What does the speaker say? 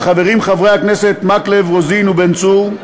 שבה חברים חברי הכנסת מקלב, רוזין ובן צור,